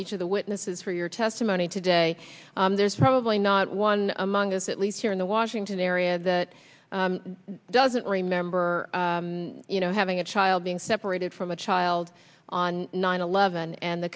each of the witnesses for your testimony today there's probably not one among us at least here in the washington area that doesn't remember you know having a child being separated from a child on nine eleven and the